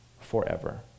forever